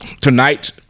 Tonight